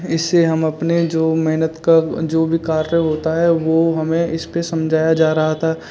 इससे हम अपने जो मेहनत का जो भी कार्य होता है वह हमें इस पर समझाया जा रहा था